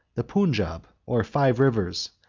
the punjab, or five rivers,